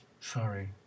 Sorry